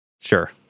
Sure